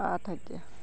ᱟᱴᱦᱟᱡᱟᱨ